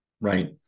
Right